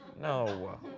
No